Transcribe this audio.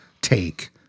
take